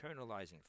internalizing